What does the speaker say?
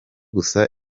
gusa